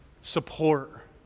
support